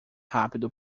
rápido